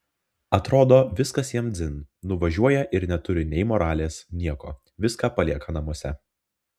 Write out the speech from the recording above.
atrodo viskas jiems dzin nuvažiuoja ir neturi nei moralės nieko viską palieka namuose